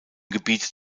gebiet